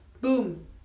boom